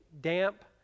damp